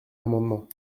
amendement